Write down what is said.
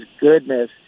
goodness